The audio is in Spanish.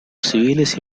civiles